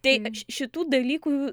tai šitų dalykų jų